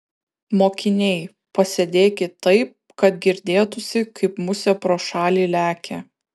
mokiniai pasėdėkit taip kad girdėtųsi kaip musė pro šalį lekia